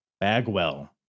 Bagwell